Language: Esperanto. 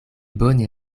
bone